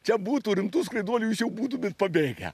čia būtų rimtų skraiduolių jūs jau būtumėt pabėgę